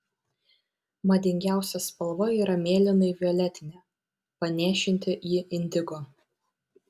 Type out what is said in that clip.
madingiausia spalva yra mėlynai violetinė panėšinti į indigo